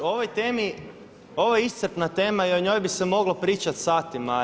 O ovoj temi, ovo je iscrpna tema i o njoj bi se moglo pričati satima.